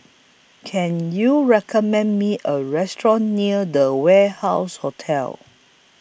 Can YOU recommend Me A Restaurant near The Warehouse Hotel